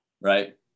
right